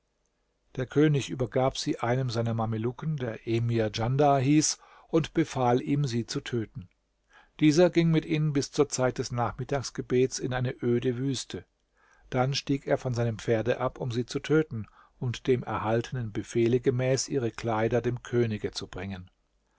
der könig übergab sie einem seiner mamelucken der emir djandar hieß und befahl ihm sie zu töten dieser ging mit ihnen bis zur zeit des nachmittagsgebets in eine öde wüste dann stieg er von seinem pferde ab um sie zu töten und dem erhaltenen befehle gemäß ihre kleider dem könige zu bringen